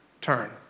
Turn